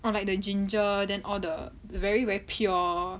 orh like the ginger then all the very very pure